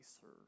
serve